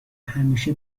همیشه